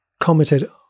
commented